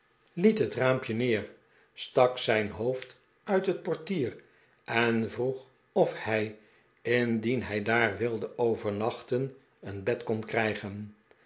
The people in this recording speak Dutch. liet het raampje neer stak zijn hoofd uit het portier en vroeg of hij indien hij daar wilde overnachten een bed kon krijgen